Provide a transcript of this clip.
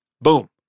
boom